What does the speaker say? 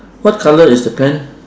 what colour is the pants